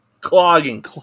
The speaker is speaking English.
Clogging